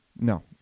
No